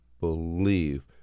believe